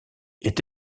est